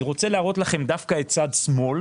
אני רוצה להראות לכם דווקא את צד שמאל,